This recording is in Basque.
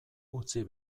utzi